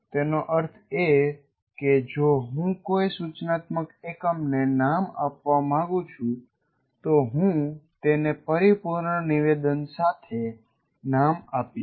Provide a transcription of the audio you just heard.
તેનો અર્થ એ કે જો હું કોઈ સૂચનાત્મક એકમને નામ આપવા માંગું છું તો હું તેને પરિપૂર્ણ નિવેદન સાથે નામ આપીસ